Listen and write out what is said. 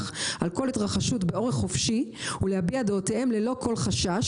על כל התרחשות באורח חופשי ולהביע דעותיהם ללא כל חשש.